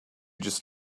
just